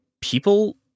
people